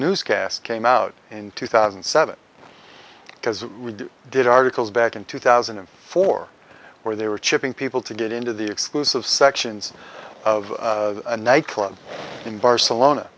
newscast came out in two thousand and seven because we did articles back in two thousand and four where they were chipping people to get into the exclusive sections of a nightclub in barcelona